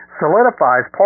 solidifies